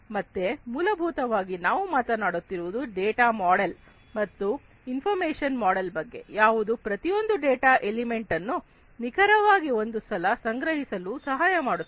ಮತ್ತೆ ಮೂಲಭೂತವಾಗಿ ನಾವು ಮಾತನಾಡುತ್ತಿರುವುದು ಡೇಟಾ ಮಾಡೆಲ್ ಮತ್ತು ಇನ್ಫಾರ್ಮಶನ್ ಮಾಡೆಲ್ ಬಗ್ಗೆ ಯಾವುದು ಪ್ರತಿಯೊಂದು ಡೇಟಾ ಎಲಿಮೆಂಟ್ ಅನ್ನು ನಿಖರವಾಗಿ ಒಂದು ಸಲ ಸಂಗ್ರಹಿಸಲು ಸಹಾಯಮಾಡುತ್ತದೆ